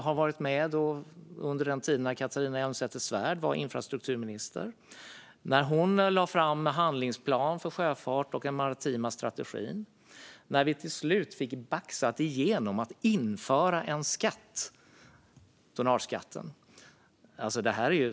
Jag var med under den tid då Catharina Elmsäter-Svärd var infrastrukturminister och lade fram en handlingsplan för sjöfarten och den maritima strategin - och när vi till slut lyckades baxa igenom en skatt, nämligen tonnageskatten.